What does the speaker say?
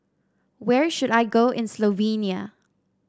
where should I go in Slovenia